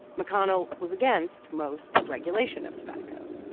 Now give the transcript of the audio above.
mcconnell was against most regulation of tobacco.